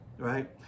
right